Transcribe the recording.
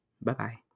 Bye-bye